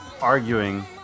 arguing